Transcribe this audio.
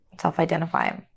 self-identify